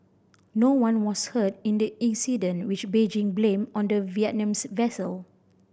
no one was hurt in the incident which Beijing blamed on the Vietnamese vessel